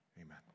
Amen